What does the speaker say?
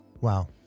Wow